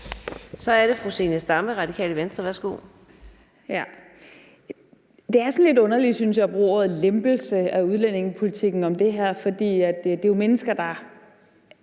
Så er det fru Zenia Stampe, Radikale Venstre. Værsgo. Kl. 15:47 Zenia Stampe (RV): Det er sådan lidt underligt, synes jeg, at bruge ordet lempelse af udlændingepolitikken om det her, fordi det jo er mennesker, der